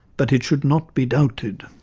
but it should not be doubted.